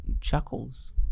Chuckles